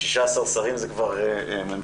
16 שרים זה כבר ממשלה,